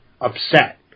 upset